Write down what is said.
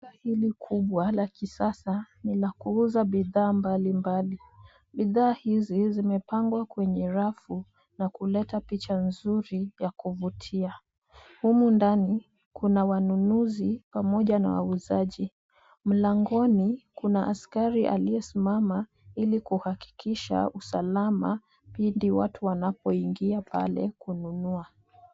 Duka hili kubwa la kisasa ni la kuuza bidhaa mbali mbali. Bidhaa hizi zimepangwa kwenye rafu na kuleta picha nzuri ya kuvutia. Humu ndani kuna wanunuzi pamoja na wauzaji. Mlangoni kuna askari aliyesimama ili kuhakikisha usalama pindi watu wanapoingia pale kununua.